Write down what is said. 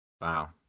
Wow